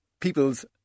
people's